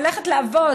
ללכת לעבוד